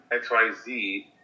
XYZ